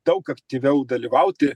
daug aktyviau dalyvauti